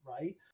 right